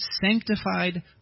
sanctified